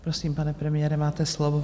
Prosím, pane premiére, máte slovo.